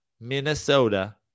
Minnesota